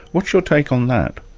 what's your take on that?